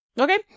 Okay